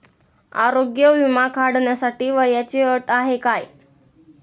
आरोग्य विमा काढण्यासाठी वयाची अट काय आहे?